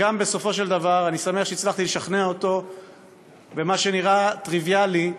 בסופו של דבר אני שמח שהצלחתי לשכנע אותו במה שנראה טריוויאלי,